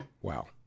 Wow